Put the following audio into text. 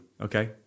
Okay